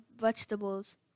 vegetables